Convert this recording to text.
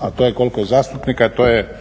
A to je koliko je zastupnika, to je